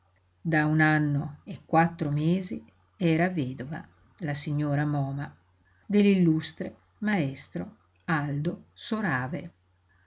da un anno e quattro mesi era vedova la signora moma dell'illustre maestro aldo sorave